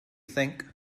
think